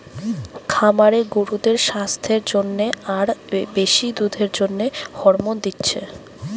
খামারে গরুদের সাস্থের জন্যে আর বেশি দুধের জন্যে হরমোন দিচ্ছে